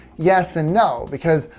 yes and no. because,